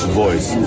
voice